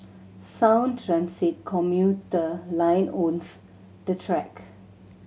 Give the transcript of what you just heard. sound Transit commuter line owns the track